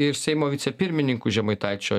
į seimo vicepirmininkus žemaitaičio